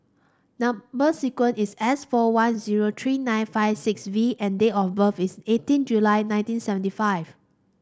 number sequence is S four one zero three nine five six V and date of birth is eighteen July nineteen seventy five